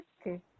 Okay